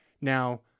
Now